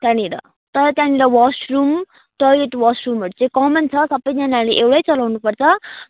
त्यहाँनिर तर त्यहाँनिर वसरुम टोइलेट वसरुमहरू चाहिँ कमन छ सबैजनाले एउटै चलाउनु पर्छ